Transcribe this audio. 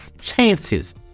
chances